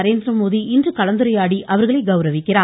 நரேந்திரமோடி இன்று கலந்துரையாடி அவர்களை கௌரவிக்கிறார்